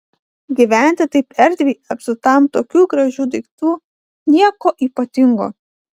gyventi taip erdviai apsuptam tokių gražių daiktų nieko ypatingo